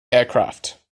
aircraft